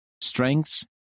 Strengths